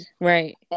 Right